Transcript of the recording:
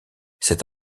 cet